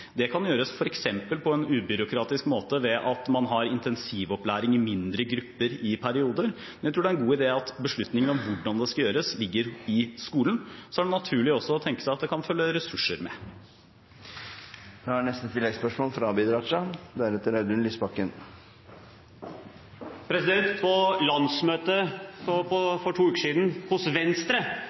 Det kan gjøres f.eks. på en ubyråkratisk måte ved at man har intensivopplæring i mindre grupper i perioder, men jeg tror det er en god idé at beslutningen om hvordan det skal gjøres, ligger i skolen. Så er det naturlig også å tenke seg at det kan følge ressurser med. Abid Q. Raja – til oppfølgingsspørsmål. På landsmøtet for to uker siden – hos Venstre